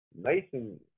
Mason